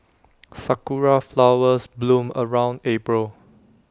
Sakura Flowers bloom around April